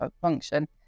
function